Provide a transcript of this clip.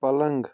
پلنٛگ